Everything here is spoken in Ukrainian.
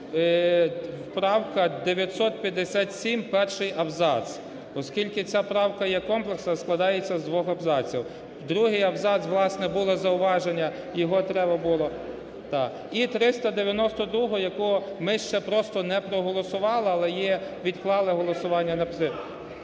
правка 957, перший абзац. Оскільки ця правка є комплексна, складається з двох абзаців. Другий абзац, власне, було зауваження, його треба було… Так, і 392-а, яку ми ще просто не проголосували, але є, відклали голосування на…